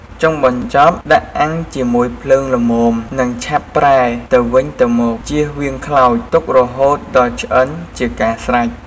ចុងបញ្ចប់ដាក់អាំងជាមួយភ្លើងល្មមនិងឆាប់ប្រែទៅវិញទៅមក ជៀសវាងខ្លោច ទុករហូតដល់ឆ្អិនជាការស្រេច។